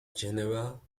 general